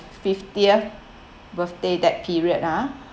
fiftieth birthday that period ah